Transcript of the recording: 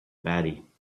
batty